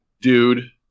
Dude